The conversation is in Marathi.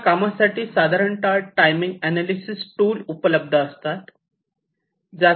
या कामासाठी साधारणतः टाइमिंग अनालिसेस टूल उपलब्ध असतात